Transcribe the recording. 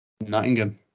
Nottingham